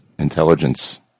Intelligence